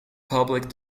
public